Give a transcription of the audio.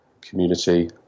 community